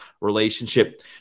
relationship